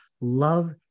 love